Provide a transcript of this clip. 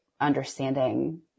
Understanding